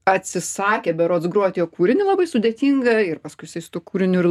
atsisakė berods groti jo kūrinį labai sudėtingą ir paskui jisai su tuo kūriniu ir